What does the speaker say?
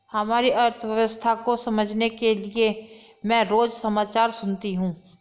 हमारी अर्थव्यवस्था को समझने के लिए मैं रोज समाचार सुनती हूँ